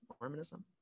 Mormonism